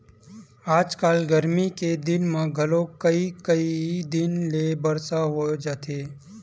आजकल गरमी के दिन म घलोक कइ कई दिन ले बरसा हो जाथे